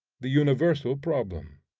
the universal problem.